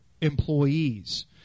employees